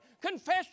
confess